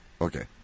Okay